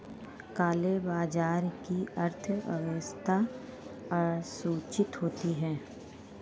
काले बाजार की अर्थव्यवस्था असूचित होती है